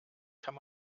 kann